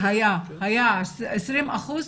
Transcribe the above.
היה פעם דבר כזה?